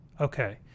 Okay